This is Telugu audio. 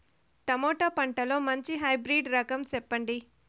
టమోటా పంటలో మంచి హైబ్రిడ్ రకం చెప్పండి?